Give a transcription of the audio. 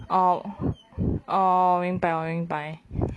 orh orh 我明白我明白